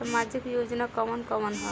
सामाजिक योजना कवन कवन ह?